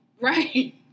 Right